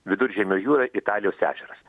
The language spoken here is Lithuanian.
viduržemio jūra italijos ežeras